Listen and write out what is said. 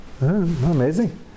Amazing